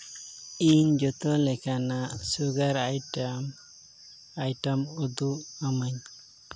ᱤᱧ ᱡᱚᱛᱚ ᱞᱮᱠᱟᱱᱟᱜ ᱥᱩᱜᱟᱨ ᱟᱭᱴᱮᱢ ᱟᱭᱴᱮᱢ ᱩᱫᱩᱜ ᱟᱹᱧᱢᱮ